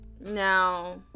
now